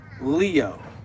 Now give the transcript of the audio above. leo